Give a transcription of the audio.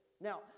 Now